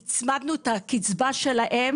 הגדלנו את הקצבה שלהם